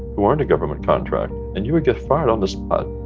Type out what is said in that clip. who wanted a government contract. and you would get fired on the spot.